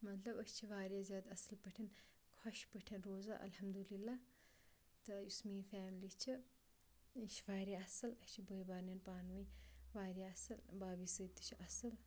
مطلب أسۍ چھِ واریاہ زیادٕ اَصٕل پٲٹھۍ خۄش پٲٹھۍ روزان الحمدُاللہ تہٕ یُس میٛٲنۍ فیملی چھِ یہِ چھِ واریاہ اَصٕل اَسہِ چھِ بٔے بارنٮ۪ن پانہٕ ؤنۍ واریاہ اَصٕل بھابی سۭتۍ تہِ چھُ اَصٕل